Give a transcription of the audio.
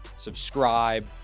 Subscribe